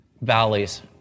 valleys